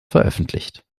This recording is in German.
veröffentlicht